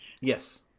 Yes